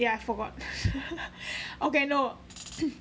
ya I forgot okay no